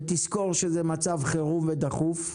ותזכור שזה מצב חירום ודחוף?